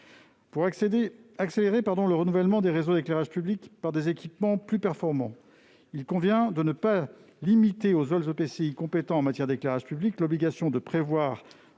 Pour accélérer le renouvellement des réseaux d'éclairage public par des équipements plus performants, il convient de ne pas limiter aux seuls EPCI compétents en matière d'éclairage public l'obligation de prévoir,